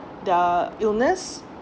their illness